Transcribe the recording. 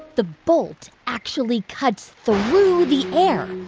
the bolt actually cuts through the air,